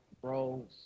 Bro